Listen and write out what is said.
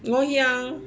ngoh hiang